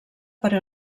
per